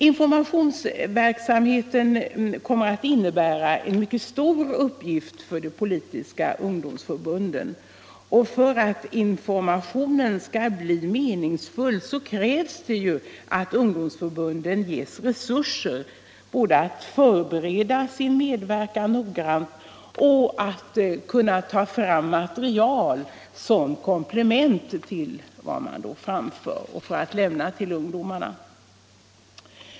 Informationsverksamheten kommer att innebära en mycket stor uppgift för de politiska ungdomsförbunden. För att informationen skall bli meningsfull krävs det att ungdomsförbunden ges resurser både att förbereda sin medverkan noggrant och att ta fram material som komplement till vad man framför och för att lämna till ungdomarna.